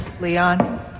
Leon